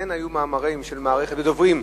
וכן היו מאמרים של מערכת ודוברים.